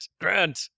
Grant